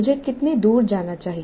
मुझे कितनी दूर जाना चाहिए